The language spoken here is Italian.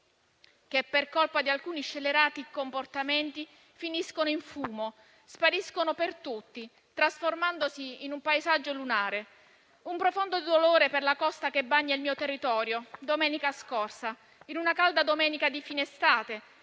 che, per colpa di alcuni scellerati comportamenti, finiscono in fumo, spariscono per tutti, trasformandosi in un paesaggio lunare. Un profondo dolore per la costa che bagna il mio territorio. È successo domenica scorsa, in una calda domenica di fine estate,